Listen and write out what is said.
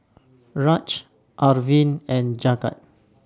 Raj Arvind and Jagat